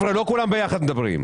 חבר'ה, לא כולם ביחד מדברים.